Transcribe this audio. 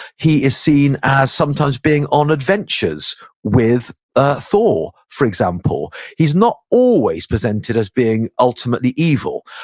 he is seen as sometimes being on adventures with ah thor, for example. he's not always presented as being ultimately evil,